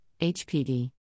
HPD